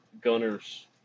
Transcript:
Gunner's